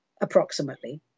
approximately